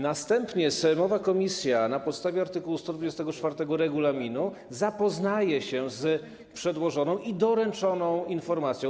Następnie sejmowa komisja na podstawie art. 124 regulaminu zapoznaje się z przedłożoną i doręczoną informacją.